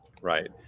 right